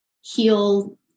heal